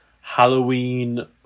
Halloween